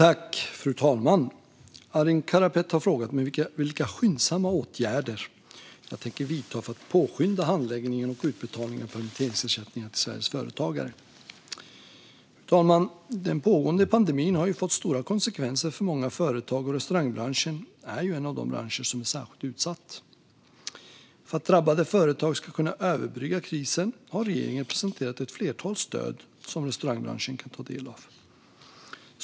Fru talman! Arin Karapet har frågat mig vilka skyndsamma åtgärder jag tänker vidta för att påskynda handläggningen och utbetalningen av permitteringsersättningar till Sveriges företagare. Fru talman! Den pågående pandemin har fått stora konsekvenser för många företag, och restaurangbranschen är en av de branscher som är särskilt utsatt. För att drabbade företag ska kunna överbrygga krisen har regeringen presenterat ett flertal stöd som restaurangbranschen kan ta del av.